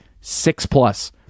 six-plus